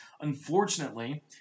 Unfortunately